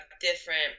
different